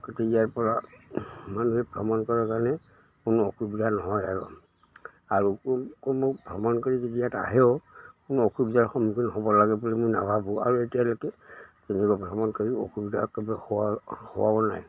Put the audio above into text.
গতিকে ইয়াৰপৰা মানুহে ভ্ৰমণ কৰাৰ কাৰণে কোনো অসুবিধা নহয় আৰু আৰু কোনো ভ্ৰমণ কৰি যদি ইয়াত আহেও কোনো অসুবিধাৰ সন্মুখীন হ'ব লাগে বুলি মই নাভাবোঁ আৰু এতিয়ালৈকে তেনেকুৱা ভ্ৰমণ কৰি অসুবিধা একবাৰে হোৱা হোৱাও নাই